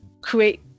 create